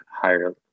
higher